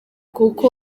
kuko